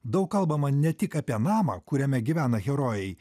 daug kalbama ne tik apie namą kuriame gyvena herojai